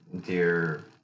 dear